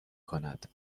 کند